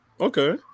Okay